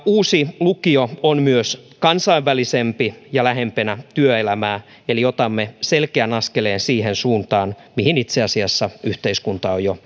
uusi lukio on myös kansainvälisempi ja lähempänä työelämää eli otamme selkeän askeleen siihen suuntaan mihin yhteiskunta itse asiassa on jo